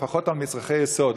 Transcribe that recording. לפחות על מצרכי יסוד,